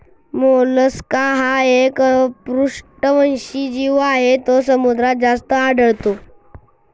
Mollusca हा एक अपृष्ठवंशी जीव आहे जो समुद्रात जास्त आढळतो